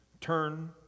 turn